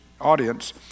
audience